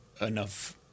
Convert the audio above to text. enough